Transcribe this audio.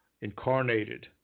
incarnated